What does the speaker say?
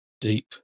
deep